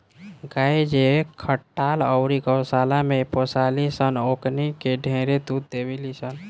गाय जे खटाल अउरी गौशाला में पोसाली सन ओकनी के ढेरे दूध देवेली सन